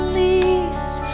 leaves